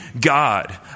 God